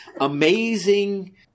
amazing